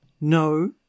No